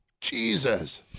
Jesus